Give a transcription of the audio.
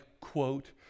quote